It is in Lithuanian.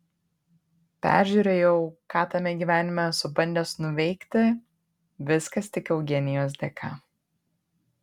peržiūrėjau ką tame gyvenime esu bandęs nuveikti viskas tik eugenijos dėka